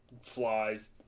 flies